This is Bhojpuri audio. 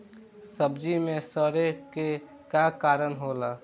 सब्जी में सड़े के का कारण होला?